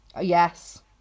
Yes